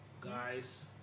Guys